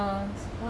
!wah!